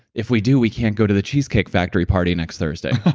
if we do, we can't go to the cheesecake factory party next thursday,